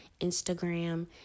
Instagram